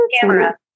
Camera